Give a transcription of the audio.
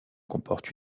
comporte